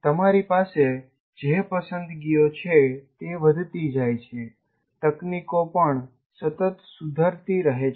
તમારી પાસે જે પસંદગીઓ છે તે વધતી જાય છે તકનીકો પણ સતત સુધારતી રહે છે